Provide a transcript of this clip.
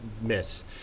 miss